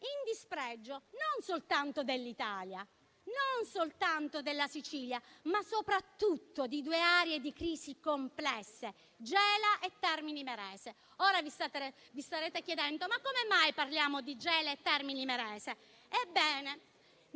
in dispregio non soltanto dell'Italia, non soltanto della Sicilia, ma soprattutto di due aree di crisi complesse, Gela e Termini Imerese. Ora vi starete chiedendo come mai parliamo di Gela e Termini Imerese. Ebbene,